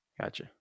Gotcha